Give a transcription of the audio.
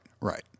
right